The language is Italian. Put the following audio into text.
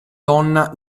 donna